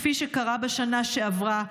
כפי שקרה בשנה שעברה,